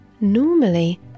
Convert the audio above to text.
Normally